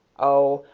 oh,